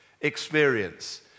experience